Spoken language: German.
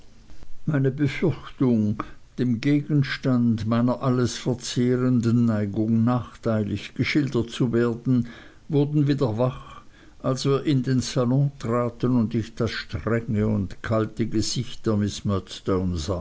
meine befürchtung dem gegenstand meiner alles verzehrenden neigung nachteilig geschildert zu werden wurde wieder wach als wir in den salon traten und ich das strenge und kalte gesicht